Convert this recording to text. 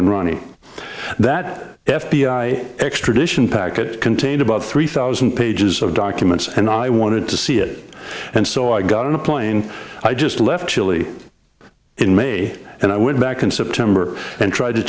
and ronnie that f b i extradition packet contained about three thousand pages of documents and i wanted to see it and so i got on a plane i just left chile in may and i went back in september and tried to